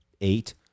eight